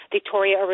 Victoria